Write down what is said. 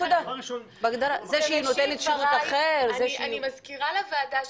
זה שהיא נותנת שירות אחר --- אני מזכירה לוועדה,